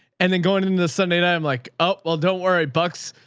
and then going into the sunday night, i'm like, oh, well don't worry bucks,